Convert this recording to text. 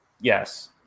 yes